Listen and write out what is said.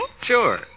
Sure